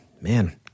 man